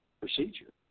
procedure